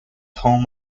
home